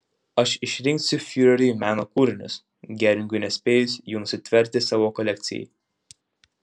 aš išrinksiu fiureriui meno kūrinius geringui nespėjus jų nusitverti savo kolekcijai